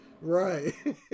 Right